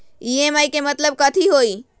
EMI के मतलब कथी होई?